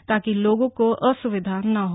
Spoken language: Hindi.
ताकि लोगों को असुविधा न हो